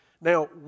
Now